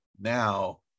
now